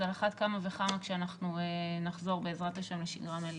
אז על אחת כמה וכמה כשאנחנו נחזור בעזרת השם לשגרה מלאה.